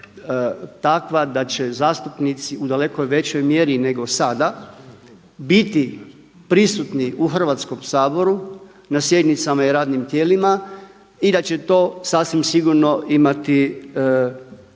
takva da će zastupnici u daleko većoj mjeri nego sada biti prisutni u Hrvatskom saboru, na sjednicama i radnim tijelima i da će to sasvim sigurno imati